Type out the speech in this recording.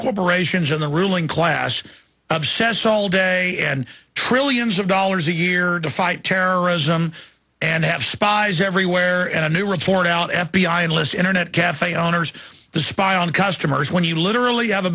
corporations in the ruling class obsess all day and trillions of dollars a year to fight terrorism and have spies everywhere and a new report out f b i analysts internet cafe owners to spy on customers when you literally